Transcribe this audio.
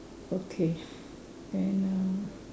okay then uh